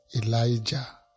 Elijah